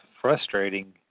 frustrating